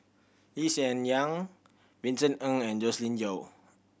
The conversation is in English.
Lee Hsien Yang Vincent Ng and Joscelin Yeo